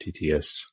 TTS